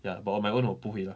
ya but my own 我不会 lah